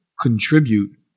contribute